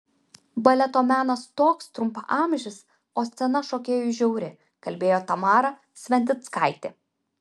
baleto menas toks trumpaamžis o scena šokėjui žiauri kalbėjo tamara sventickaitė